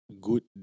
good